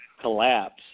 collapse